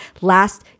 last